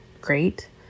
great